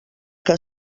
que